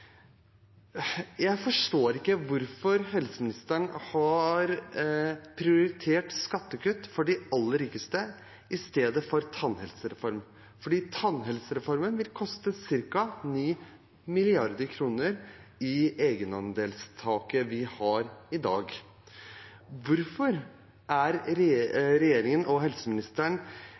rikeste i stedet for tannhelsereform, for tannhelsereformen vil koste ca. 9 mrd. kr i egenandelstaket vi har i dag. Hvorfor er regjeringen og helseministeren